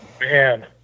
Man